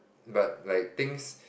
but like things